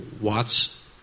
Watts